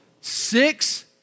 Six